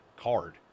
card